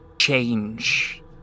change